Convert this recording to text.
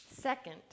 Second